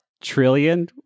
trillion